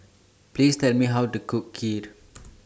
Please Tell Me How to Cook Kheer